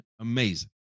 amazing